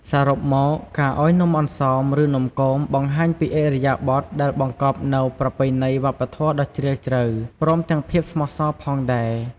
សរុបមក ការឱ្យនំអន្សម ឬ នំគមបង្ហាញពីឥរិយាបថដែលបង្កប់នូវប្រពៃណីវប្បធម៌ដ៏ជ្រាលជ្រៅ ព្រមទាំងភាពស្មោះសរផងដែរ។